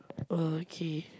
okay